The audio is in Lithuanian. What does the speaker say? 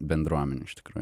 bendruomenių iš tikrųjų